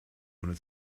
ohne